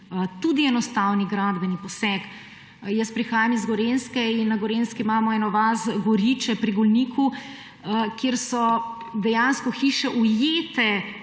tudi enostavni gradbeni poseg. Jaz prihajam z Gorenjske in na Gorenjski imamo eno vas Goriče pri Golniku, kjer so dejansko hiše ujete;